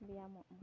ᱵᱮᱭᱟᱢᱚᱜᱼᱢᱟ